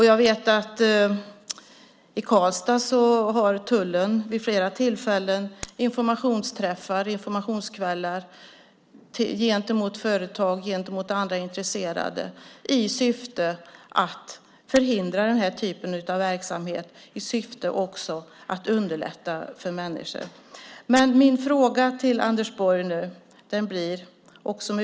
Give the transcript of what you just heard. Jag vet att tullen i Karlstad vid flera tillfällen har haft informationsträffar och informationskvällar gentemot företag och andra intresserade i syfte att förhindra den typen av verksamhet och att underlätta för människor. Jag har en fråga till Anders Borg.